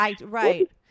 right